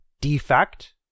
defect